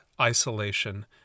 isolation